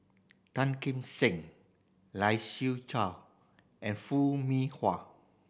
Tan Kim Seng Lai Siu Chiu and Foo Mee Har